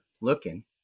looking